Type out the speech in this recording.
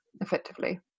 effectively